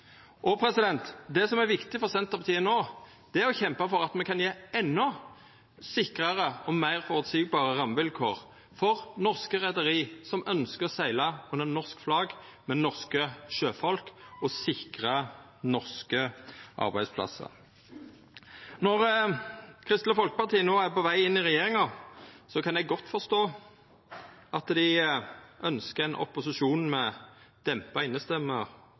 Det som er viktig for Senterpartiet no, er å kjempa for at me kan gje endå sikrare og meir føreseielege rammevilkår for norske reiarlag som ønskjer å segla under norsk flagg med norske sjøfolk, og sikra norske arbeidsplassar. Når Kristeleg Folkeparti no er på veg inn i regjeringa, kan eg godt forstå at dei ønskjer ein opposisjon med dempa innestemme